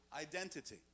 identity